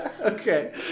Okay